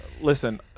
listen